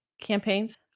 campaigns